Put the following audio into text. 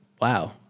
Wow